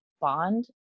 bond